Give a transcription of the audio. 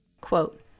Quote